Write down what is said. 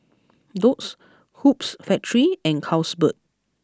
Doux Hoops Factory and Carlsberg